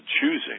choosing